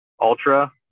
ultra